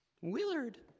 Willard